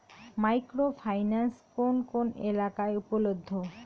Micro finance কোন কোন এলাকায় উপলব্ধ?